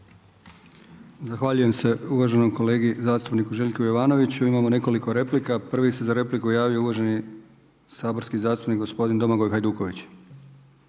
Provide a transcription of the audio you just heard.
Zahvaljujem se uvaženom kolegi zastupniku Željku Jovanoviću. Imamo nekoliko replika, prvi se za repliku javio uvaženi saborski zastupnik gospodin Domagoj Hajduković.